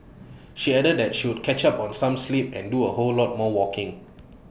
she added that she would catch up on some sleep and do A whole lot more walking